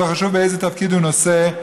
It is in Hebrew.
ולא חשוב באיזה תפקיד הוא נושא,